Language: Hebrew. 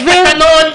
יש תקנון.